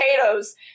potatoes